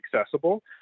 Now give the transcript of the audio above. accessible